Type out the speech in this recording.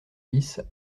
dix